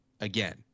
again